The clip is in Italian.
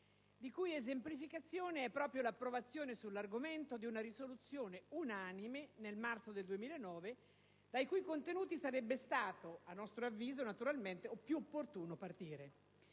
di cui esemplificazione è proprio l'approvazione sull'argomento di una risoluzione unanime nel marzo 2009 dai cui contenuti sarebbe stato, a nostro avviso naturalmente, più opportuno partire.